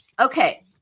Okay